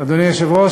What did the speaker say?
אדוני היושב-ראש,